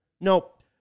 Nope